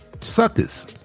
Suckers